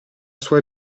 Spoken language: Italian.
sua